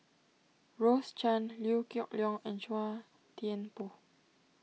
Rose Chan Liew Geok Leong and Chua Thian Poh